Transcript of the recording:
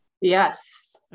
Yes